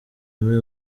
muri